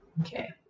Okay